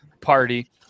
party